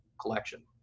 collection